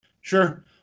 Sure